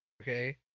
okay